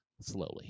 slowly